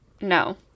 No